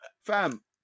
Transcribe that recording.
Fam